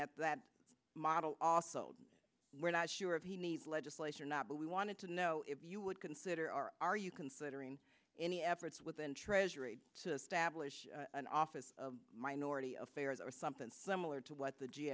at that model we're not sure if he needs legislation or not but we wanted to know if you would consider are are you considering any efforts within treasury to stablish an office of minority affairs or something similar to what the g